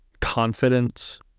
confidence